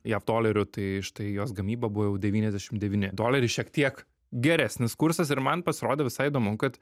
jav dolerių tai štai jos gamyba buvo jau devyniasdešim devyni doleriai šiek tiek geresnis kursas ir man pasirodė visai įdomu kad